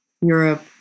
Europe